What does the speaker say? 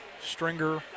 Stringer